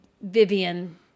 Vivian